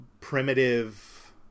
primitive